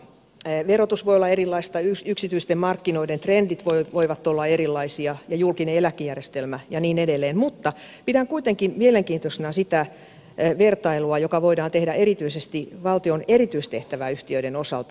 verotus voi olla erilaista yksityisten markkinoiden trendit voivat olla erilaisia ja julkinen eläkejärjestelmä ja niin edelleen mutta pidän kuitenkin mielenkiintoisena sitä vertailua joka voidaan tehdä erityisesti valtion erityistehtäväyhtiöiden osalta